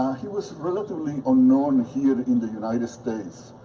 he was relatively unknown here in the united states,